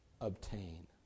obtain